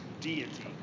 deity